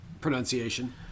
pronunciation